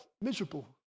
miserable